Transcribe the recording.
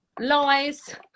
lies